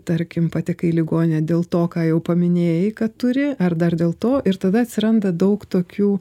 tarkim patekai į ligoninę dėl to ką jau paminėjai kad turi ar dar dėl to ir tada atsiranda daug tokių